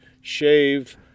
shave